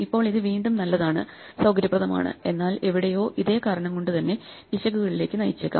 ഇപ്പോൾ ഇത് വീണ്ടും നല്ലതാണ് സൌകര്യപ്രദമാണ് എന്നാൽ എവിടെയോ ഇതേ കാരണം കൊണ്ട് തന്നെ പിശകുകളിലേക്ക് നയിച്ചേക്കാം